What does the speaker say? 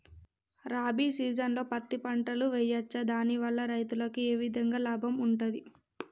రబీ సీజన్లో పత్తి పంటలు వేయచ్చా దాని వల్ల రైతులకు ఏ విధంగా లాభం ఉంటది?